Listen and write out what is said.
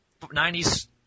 90s